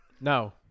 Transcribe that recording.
No